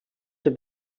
have